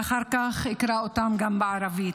ואחר כך אקרא אותם גם בערבית: